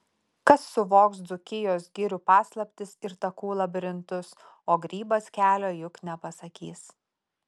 kas suvoks dzūkijos girių paslaptis ir takų labirintus o grybas kelio juk nepasakys